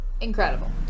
Incredible